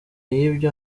y’ibyo